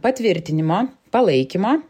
patvirtinimo palaikymo